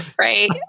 right